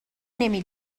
نمی